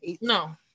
no